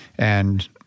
And-